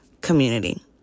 community